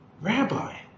rabbi